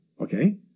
Okay